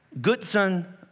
Goodson